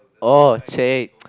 oh !chey!